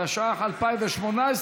התשע"ח 2018,